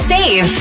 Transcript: Save